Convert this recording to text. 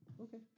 Okay